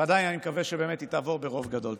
ועדיין אני מקווה שבאמת היא תעבור ברוב גדול.